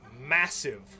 massive